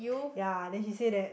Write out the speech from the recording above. ya then she say that